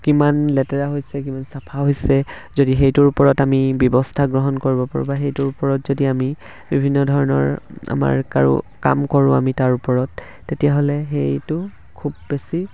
কিমান লেতেৰা হৈছে কিমান চাফা হৈছে যদি সেইটোৰ ওপৰত আমি ব্যৱস্থা গ্ৰহণ কৰিব পাৰোঁ বা সেইটোৰ ওপৰত যদি আমি বিভিন্ন ধৰণৰ আমাৰ কাৰো কাম কৰোঁ আমি তাৰ ওপৰত তেতিয়াহ'লে সেইটো খুব বেছি